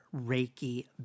Reiki